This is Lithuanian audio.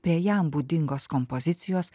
prie jam būdingos kompozicijos